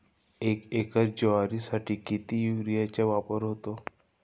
एक एकर ज्वारीसाठी किती युरियाचा वापर होतो?